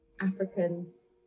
Africans